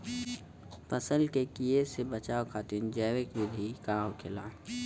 फसल के कियेसे बचाव खातिन जैविक विधि का होखेला?